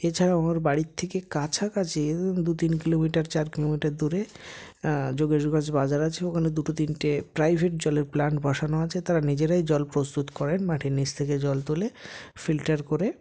এছাড়াও আমার বাড়ির থেকে কাছাকাছি এই ধরুন দু তিন কিলোমিটার চার কিলোমিটার দূরে যোগাযোগ আছে বাজার আছে ওখানে দুটো তিনটে প্রাইভেট জলের প্লান্ট বসানো আছে তারা নিজেরাই জল প্রস্তুত করেন মাটির নিচ থেকে জল তোলে ফিল্টার করে